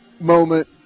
moment